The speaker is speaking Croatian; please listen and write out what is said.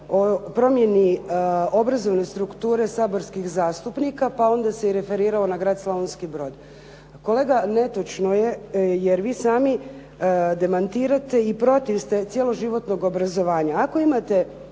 o promjeni obrazovne strukture saborskih zastupnika pa onda se i referirao na Grad Slavonski Brod. Kolega, netočno je jer vi sami demantirate i protiv ste cjeloživotnog obrazovanja. Ako imate